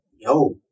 yo